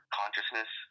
consciousness